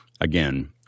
again